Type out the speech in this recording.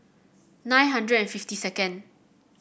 nine hundred and fifty second